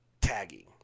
tagging